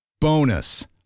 Bonus